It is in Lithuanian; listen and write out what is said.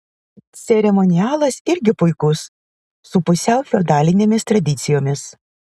ceremonialas irgi puikus su pusiau feodalinėmis tradicijomis